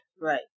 right